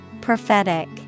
Prophetic